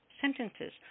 sentences